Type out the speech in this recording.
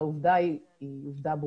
צריך להיות חשדניים,